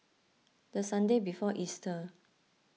the Sunday before Easter